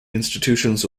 institutions